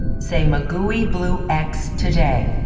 say maguey blue x today.